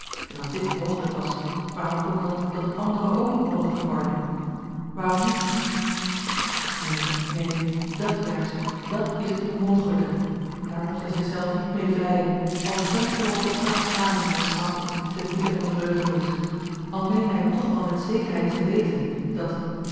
en als dit mogelijk was waarom kon dan dat andere ook niet mogelijk worden waarom niet a l g bosboom-toussaint de delftsche wonderdokter eel een neen neen dàt juist dàt is het onmogelijke daar mocht hij zich zelf niet meê vleien al kromp hem ook het hart samen van smarte te midden van den vreugderoes al meende hij toch wel met zekerheid te weten dat